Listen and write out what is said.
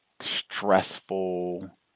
stressful